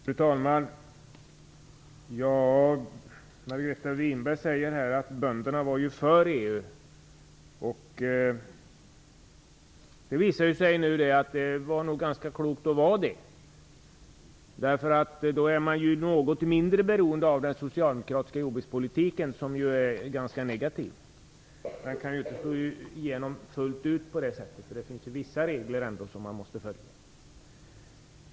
Fru talman! Margareta Winberg säger att bönderna var för EU. Det visar sig nu att det nog var ganska klokt. Vid ett medlemskap är man något mindre beroende av den socialdemokratiska jordbrukspolitiken, som är ganska negativ. Den kan inte slå igenom fullt ut på det sättet, för det finns ändå vissa regler som måste följas.